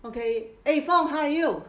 okay eh fong how are you